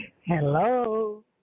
Hello